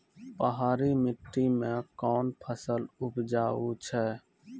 पहाड़ी मिट्टी मैं कौन फसल उपजाऊ छ?